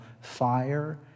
fire